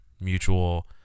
mutual